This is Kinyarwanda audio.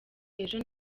ejo